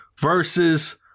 versus